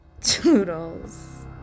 Toodles